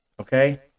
Okay